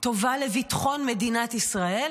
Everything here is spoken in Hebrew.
טובה לביטחון מדינת ישראל,